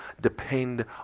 depend